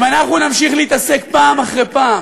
אם אנחנו נמשיך להתעסק פעם אחרי פעם